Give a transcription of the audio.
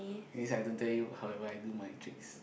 means I don't tell you how have I do my tricks